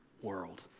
world